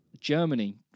Germany